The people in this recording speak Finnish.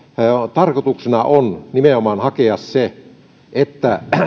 tarkoituksena on nimenomaan hakea sitä että